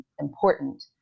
important